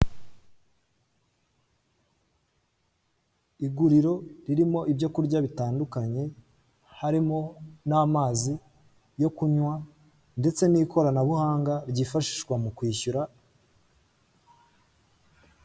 Iguriro ririmo ibyo kurya bitandukanye harimo n'amazi yo kunywa ndetse n'ikoranabuhanga ryifashishwa mu kwishyura.